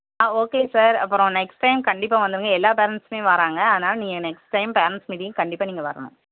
ஆ okay sir அப்பறம் next time கண்டிப்பாக வந்துடுங்க எல்லாம் பேரெண்ட்ஸ்மே வராங்க அதனால் நீங்கள் நெக்ஸ்ட் டைம் பேரெண்ட்ஸ் மீட்டிங்கு கண்டிப்பாக நீங்கள் வரணும்